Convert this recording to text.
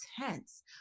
intense